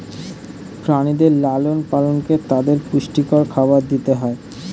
প্রাণীদের লালন পালনে তাদের পুষ্টিকর খাবার দিতে হয়